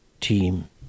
team